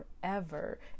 forever